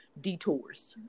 detours